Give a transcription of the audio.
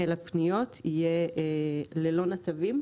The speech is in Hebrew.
לפניות לאזרחים ותיקים יהיה ללא נתבים.